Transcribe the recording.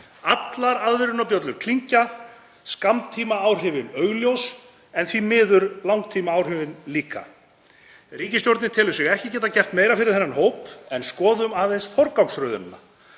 Allar aðvörunarbjöllur klingja, skammtímaáhrifin eru augljós en því miður langtímaáhrifin líka. Ríkisstjórnin telur sig ekki geta gert meira fyrir þennan hóp en skoðum aðeins forgangsröðunina.